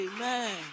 Amen